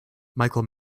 michael